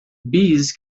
bees